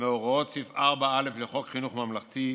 מהוראות סעיף 4(א) לחוק חינוך ממלכתי,